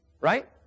right